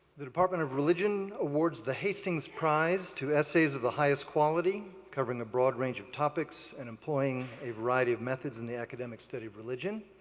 the department of religion awards the hastings prize to essays of the highest quality covering a broad range of topics and employing a variety of methods in the academic study of religion.